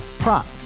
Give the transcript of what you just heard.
Prop